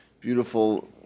beautiful